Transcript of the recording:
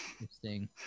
Interesting